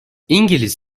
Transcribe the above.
i̇ngiliz